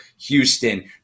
Houston